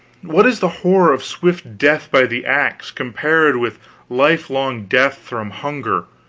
what is the horror of swift death by the axe, compared with lifelong death from hunger,